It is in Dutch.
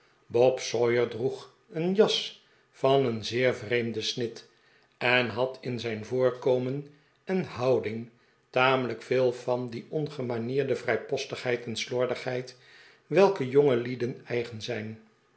bob sawyer droeg een jas van een zeer vreemden snit en had in zijn voorkomen en houding tamelijk veel van die ongemanierde vrijpostigheid en slordigheid welke jongelieden eigen zijn